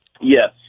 Yes